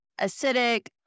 acidic